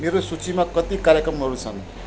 मेरो सूचीमा कति कार्यक्रमहरू छन्